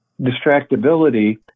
distractibility